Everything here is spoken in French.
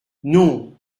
non